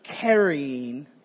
carrying